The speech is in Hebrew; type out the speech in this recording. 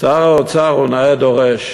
שר האוצר הוא נאה דורש,